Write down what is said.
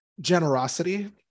generosity